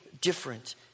different